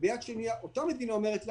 וביד שנייה אותה מדינה אומרת לנו: